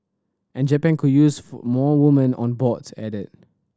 and Japan could useful more women on boards added